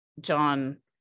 john